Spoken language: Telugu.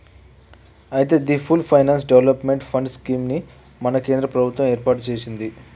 అయితే the full finance development fund scheme ని మన కేంద్ర ప్రభుత్వం ఏర్పాటు సెసింది